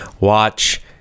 watch